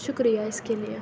شُکریہ اِس کے لیے